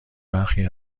برخی